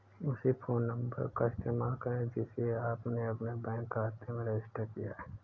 उसी phone number का इस्तेमाल करें जिसे आपने अपने बैंक खाते में रजिस्टर किया है